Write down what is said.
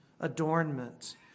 adornment